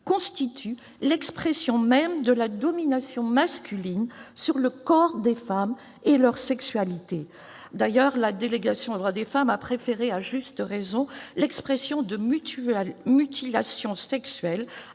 constituent l'expression même de la domination masculine sur le corps des femmes et leur sexualité. D'ailleurs, la délégation aux droits des femmes a préféré, à juste raison, l'expression « mutilations sexuelles